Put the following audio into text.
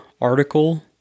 article